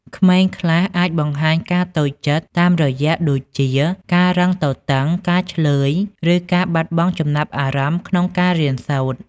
ក្មេងខ្លះអាចបង្ហាញការតូចចិត្តតាមរយៈដូចជាការរឹងទទឹង ការឈ្លើយ ឬការបាត់បង់ចំណាប់អារម្មណ៍ក្នុងការរៀនសូត្រ។